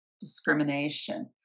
discrimination